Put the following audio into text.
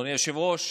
אדוני היושב-ראש,